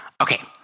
Okay